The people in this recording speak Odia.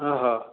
ହଁ ହଁ